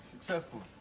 successful